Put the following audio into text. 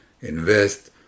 invest